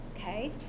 okay